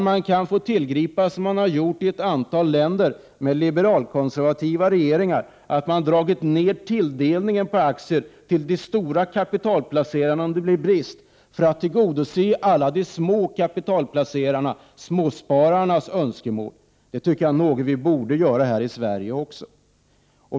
Man kan — vilket gjorts i ett antal länder med liberalkonservativa regeringar — om det är brist få dra ned tilldelningen av aktier till de stora kapitalplacerarna för att tillgodose alla de små kapitalplacerarnas, småspararnas, önskemål. Det tycker jag är något vi borde göra här i Sverige också.